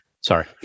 Sorry